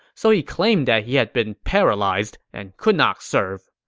so he claimed that he had been paralyzed and could not serve.